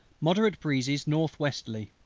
moderate breezes north-westerly.